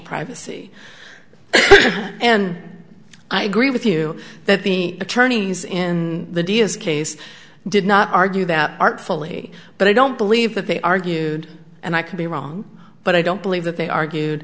privacy and i agree with you that the attorneys in the dia's case did not argue that artfully but i don't believe that they argued and i could be wrong but i don't believe that they argued